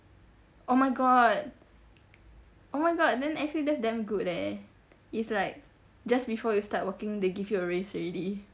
oh my god oh my god then actually that's damn good eh it's like just before you start working they give you a raise already